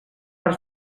per